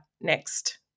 next